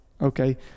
Okay